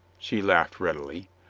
she laughed readily.